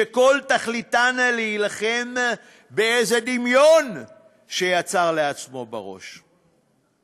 שכל תכליתן להילחם באיזה דמיון שיצר לעצמו בראש.